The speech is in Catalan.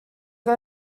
que